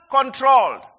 controlled